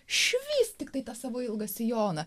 švyst tiktai tą savo ilgą sijoną